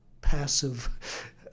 passive